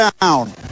down